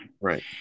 Right